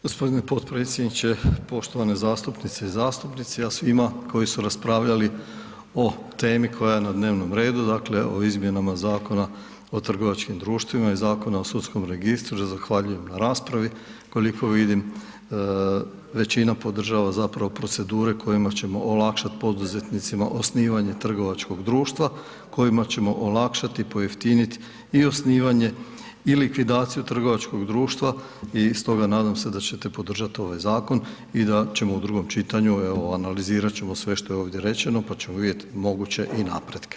Gospodine podpredsjedniče, poštovane zastupnice i zastupnici, ja svima koji su raspravljali o temi koja je na dnevnom redu, dakle o izmjenama Zakona o trgovačkim društvima i Zakona o sudskom registru zahvaljujem na raspravi, koliko vidim većina podržava zapravo procedure kojima ćemo olakšat poduzetnicima osnivanje trgovačkog društva, kojima ćemo olakšat i pojeftinit i osnivanje i likvidaciju trgovačkog društva i stoga nadam se da ćete podržat ovaj zakon i da ćemo u drugom čitanju, evo analizirat ćemo sve što je ovdje rećeno, pa ćemo vidjet moguće i napretke.